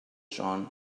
john